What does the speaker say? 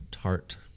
Tart